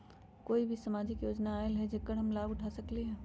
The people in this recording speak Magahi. अभी कोई सामाजिक योजना आयल है जेकर लाभ हम उठा सकली ह?